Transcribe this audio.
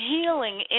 healing